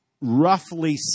roughly